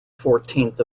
fourteenth